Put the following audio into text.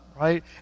Right